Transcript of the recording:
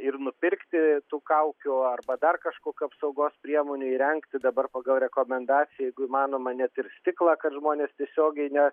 ir nupirkti tų kaukių arba dar kažkokių apsaugos priemonių įrengti dabar pagal rekomendaciją jeigu įmanoma net ir stiklą kad žmonės tiesiogiai ne